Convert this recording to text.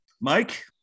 Mike